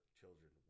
children